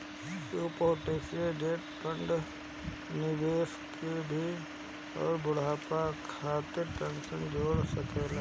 तू provident fund में निवेश कअ के भी अपनी बुढ़ापा खातिर पेंशन जोड़ सकेला